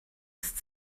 ist